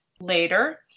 later